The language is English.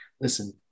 Listen